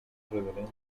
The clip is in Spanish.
relevancia